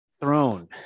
throne